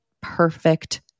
perfect